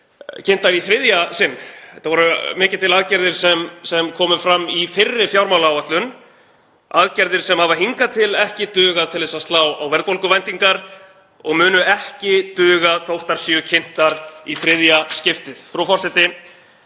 kynntar í þriðja sinn. Þetta voru mikið til aðgerðir sem komu fram í fyrri fjármálaáætlun, aðgerðir sem hafa hingað til ekki dugað til að slá á verðbólguvæntingar og munu ekki duga þótt þær séu kynntar í þriðja skiptið.